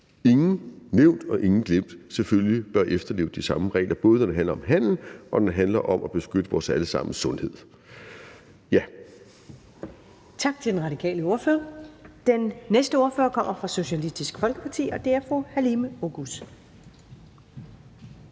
ingen nævnt og ingen glemt, selvfølgelig bør efterleve de samme regler, både når det handler om handel, og når det handler om at beskytte vores alle sammens sundhed.